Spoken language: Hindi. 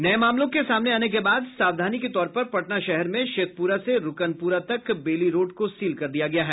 नये मामलों के सामने आने के बाद सावधानी के तौर पर पटना शहर में शेखपुरा से रूकनपुरा तक बेली रोड को सील कर दिया गया है